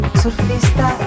surfista